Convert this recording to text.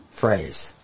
phrase